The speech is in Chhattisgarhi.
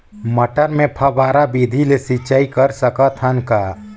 मटर मे फव्वारा विधि ले सिंचाई कर सकत हन का?